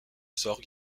sort